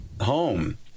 home